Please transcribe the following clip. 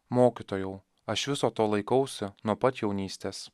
mokytojau aš viso to laikausi nuo pat jaunystės